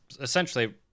essentially